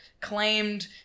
claimed